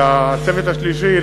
הצוות השלישי,